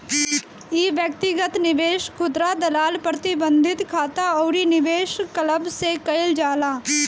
इ व्यक्तिगत निवेश, खुदरा दलाल, प्रतिबंधित खाता अउरी निवेश क्लब से कईल जाला